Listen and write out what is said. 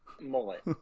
Mullet